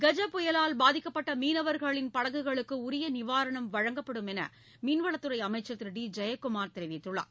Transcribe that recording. கஜா புயலால் பாதிக்கப்பட்ட மீனவர்களின் படகுகளுக்கு உரிய நிவாரணம் வழங்கப்படும் என மீன்வளத்துறை அமைச்சர் திரு டி ஜெயக்குமார் தெரிவித்துள்ளார்